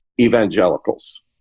Evangelicals